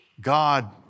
God